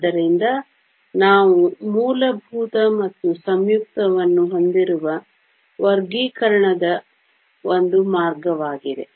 ಆದ್ದರಿಂದ ನಾವು ಮೂಲಭೂತ ಮತ್ತು ಸಂಯುಕ್ತವನ್ನು ಹೊಂದಿರುವ ವರ್ಗೀಕರಣದ ಒಂದು ಮಾರ್ಗವಾಗಿದೆ